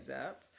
up